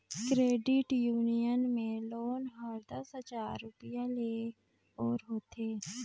credit union में loan हर दस हजार रूपिया ले ओर होथे